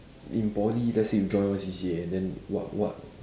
in poly let's say you join one C_C_A then what what